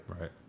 right